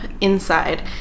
inside